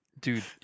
Dude